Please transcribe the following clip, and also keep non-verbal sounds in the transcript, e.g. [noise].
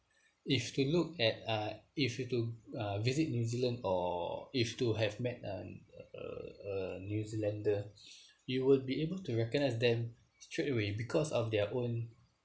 if you were to look at uh if you were to uh visit new zealand or if you were to have met a uh a new zealander [breath] you will be able to recognise them straight away because of their own